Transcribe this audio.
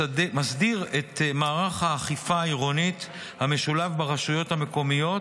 מסדיר את מערך האכיפה העירוני המשולב ברשויות המקומיות,